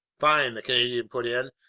fine! the canadian put in.